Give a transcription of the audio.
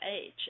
age